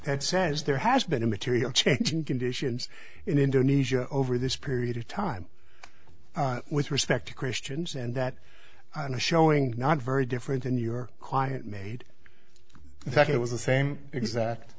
that says there has been a material change in conditions in indonesia over this period of time with respect to christians and that on a showing not very different than your client made that it was the same exact